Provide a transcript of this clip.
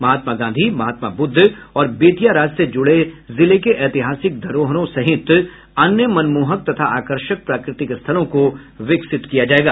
महात्मा गाँधी महात्मा बुद्ध और बेतिया राज से जुड़े जिले के ऐतिहासिक धरोहरों सहित अन्य मनमोहक तथा आकर्षक प्राकृतिक स्थलों को विकसित किया जायेगा